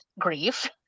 grief